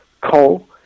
coal